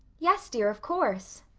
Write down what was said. yes, dear, of course.